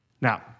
Now